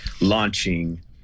launching